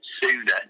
sooner